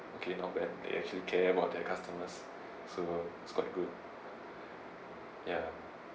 okay not bad they actually care about their customers so it's quite good ya